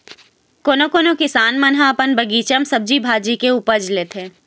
कोनो कोनो किसान मन ह अपन बगीचा म सब्जी भाजी के उपज लेथे